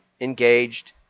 engaged